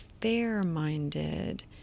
fair-minded